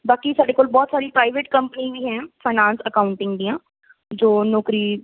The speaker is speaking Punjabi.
ਬਾਕੀ ਸਾਡੇ ਕੋਲ ਬਹੁਤ ਸਾਰੀ ਪ੍ਰਾਈਵੇਟ ਕੰਪਨੀ ਵੀ ਹੈ ਫਾਇਨਾਂਸ ਅਕਾਊਂਟਿੰਗ ਦੀਆਂ ਜੋ ਨੌਕਰੀ